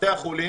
בבתי החולים,